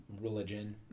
religion